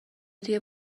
دیگه